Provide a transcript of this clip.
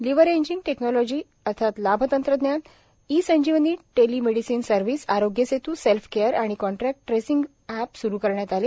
leveraging technology लाभ तंत्रज्ञान e Sanjeevani telemedicine service Aarogya Setu self care आणि कॉन्टॅक्ट ट्रेसींग अॅप सुरू करण्यात आले